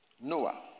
Noah